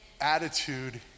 Attitude